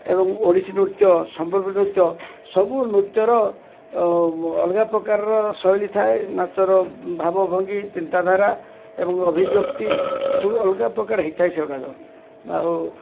ଏବଂ ଓଡ଼ିଶୀ ନୃତ୍ୟ ସମ୍ବଲପୁରୀ ନୃତ୍ୟ ସବୁ ନୃତ୍ୟର ଅଲଗା ପ୍ରକାରର ଶୈଳୀ ଥାଏ ନାଚର ଭାବ ଭଙ୍ଗି ଚିନ୍ତାଧାରା ଏବଂ ଅଭିବ୍ୟକ୍ତି ସବୁ ଅଲଗା ପ୍ରକାର ହେଇଥାଏ ସେଗୁଡ଼ାକ ଆଉ